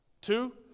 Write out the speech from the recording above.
Two